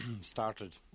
started